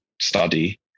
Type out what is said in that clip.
study